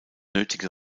nötige